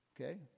Okay